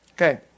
Okay